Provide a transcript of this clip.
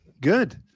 Good